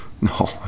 No